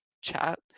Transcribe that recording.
chat